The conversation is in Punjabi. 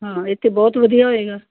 ਹਾਂ ਇੱਥੇ ਬਹੁਤ ਵਧੀਆ ਹੋਏਗਾ